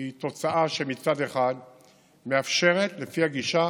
היא תוצאה שמצד אחד מאפשרת גישה